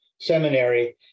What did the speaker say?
seminary